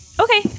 Okay